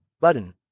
button